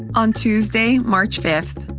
on tuesday, march five,